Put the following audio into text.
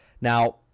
Now